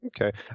Okay